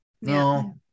no